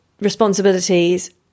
responsibilities